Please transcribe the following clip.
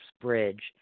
Bridge